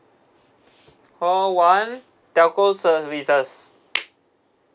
call one telco services